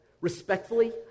respectfully